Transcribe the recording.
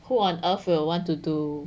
who on earth will want to do